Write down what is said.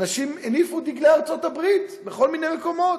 אנשים הניפו דגלי ארצות-הברית בכל מיני מקומות.